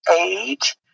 age